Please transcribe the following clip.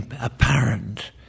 apparent